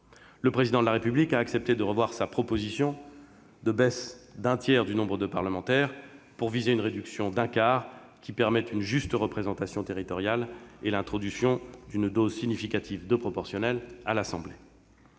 Le Président de la République a accepté de revoir sa proposition de baisse d'un tiers du nombre des parlementaires pour viser une réduction d'un quart, qui permette une juste représentation territoriale et l'introduction d'une dose significative de proportionnelle à l'Assemblée